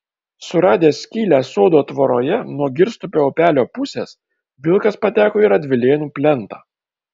suradęs skylę sodo tvoroje nuo girstupio upelio pusės vilkas pateko į radvilėnų plentą